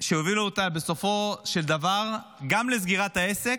שהובילה אותה בסופו של דבר גם לסגירת העסק,